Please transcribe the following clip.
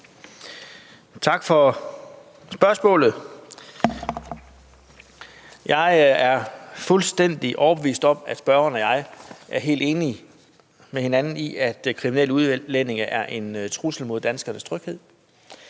Tak for spørgsmålet. Jeg er fuldstændig overbevist om, at spørgeren og jeg er helt enige med hinanden i, at kriminelle udlændinge er en trussel mod danskernes tryghed,